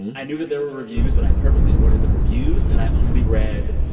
and i knew that there were reviews, but i purposely avoided the reviews. and i only read,